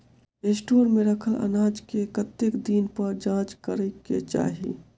Store मे रखल अनाज केँ कतेक दिन पर जाँच करै केँ चाहि?